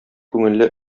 күңелле